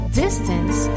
distance